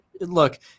look